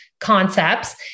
concepts